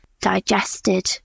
digested